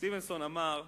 סטיבנסון אמר: